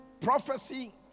Prophecy